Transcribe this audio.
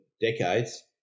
decades